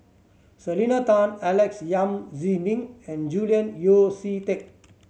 Selena Tan Alex Yam Ziming and Julian Yeo See Teck